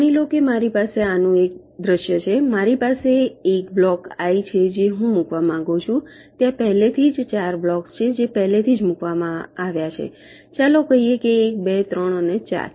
માની લો કે મારી પાસે આનું એક દૃશ્ય છે મારી પાસે એક બ્લોક આઈ છે જે હું મૂકવા માંગું છું ત્યાં પહેલાથી જ ચાર બ્લોક્સ છે જે પહેલેથી જ મૂકવામાં આવ્યા છે ચાલો કહીએ કે 1 2 3 અને 4